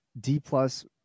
D-plus